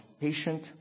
patient